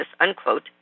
unquote